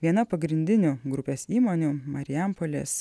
viena pagrindinių grupės įmonių marijampolės